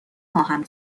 خواهم